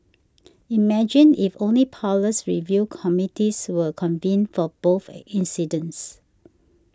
imagine if only powerless review committees were convened for both incidents